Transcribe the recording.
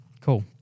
Cool